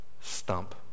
Stump